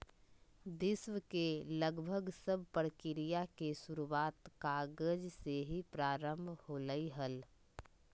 विश्व के लगभग सब प्रक्रिया के शुरूआत कागज से ही प्रारम्भ होलय हल